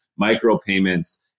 micropayments